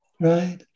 Right